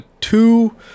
two